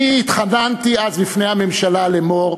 אני התחננתי אז בפני הממשלה לאמור: